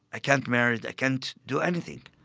i can't married, i can't do anything.